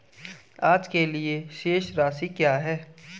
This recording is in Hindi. आज के लिए शेष राशि क्या है?